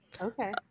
Okay